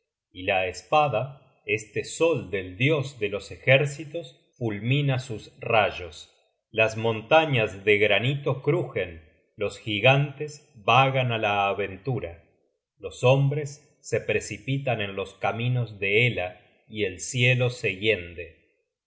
y la espada este sol del dios de los ejércitos fulmina sus rayos las montañas de granito crugen los gigantes vagan á la aventura los hombres se precipitan en los caminos de hela y el cielo se hiende